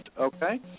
okay